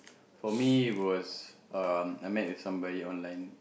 for me was um I met with somebody online